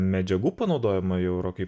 medžiagų panaudojimą jau rokai